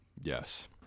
Yes